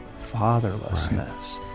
fatherlessness